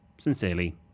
Sincerely